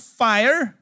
fire